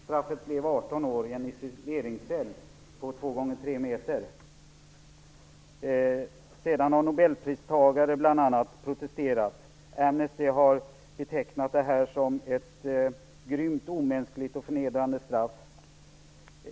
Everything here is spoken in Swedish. Straffet blev 18 år i en isoleringscell på två gånger tre meter. Sedan har bl.a. Nobelpristagare protesterat. Amnesty har betecknat det som ett grymt, omänskligt och förnedrande straff.